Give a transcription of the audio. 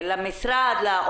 למשרד?